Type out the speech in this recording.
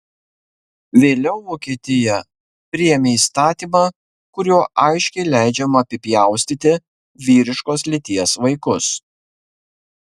vėliau vokietija priėmė įstatymą kuriuo aiškiai leidžiama apipjaustyti vyriškos lyties vaikus